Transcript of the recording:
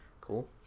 cool